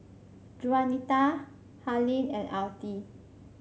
Juanita Harlene and Altie